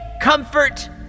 comfort